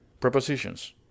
prepositions